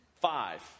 Five